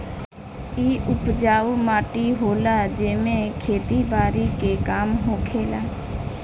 इ उपजाऊ माटी होला जेमे खेती बारी के काम होखेला